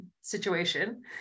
situation